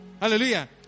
hallelujah